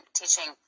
teaching